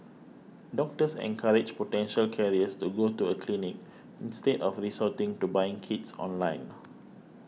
doctors encouraged potential carriers to go to a clinic instead of resorting to buying kits online